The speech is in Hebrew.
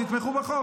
תתמכו בחוק.